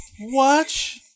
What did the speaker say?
watch